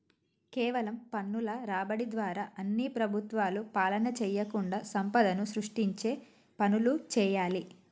కేవలం పన్నుల రాబడి ద్వారా అన్ని ప్రభుత్వాలు పాలన చేయకుండా సంపదను సృష్టించే పనులు చేయాలి